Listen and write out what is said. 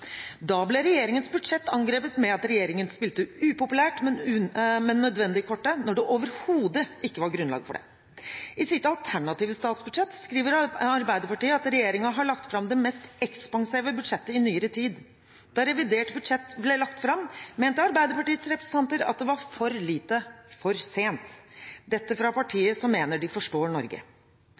Da ble regjeringens budsjett angrepet med at regjeringen spilte upopulært, men nødvendig-kortet når det overhodet ikke var grunnlag for det. I sitt alternative statsbudsjett skriver Arbeiderpartiet at regjeringen har lagt fram det mest ekspansive budsjettet i nyere tid. Da revidert budsjett ble lagt fram, mente Arbeiderpartiets representanter at det var for lite, for sent – dette fra partiet som mener de forstår Norge.